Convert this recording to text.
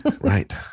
Right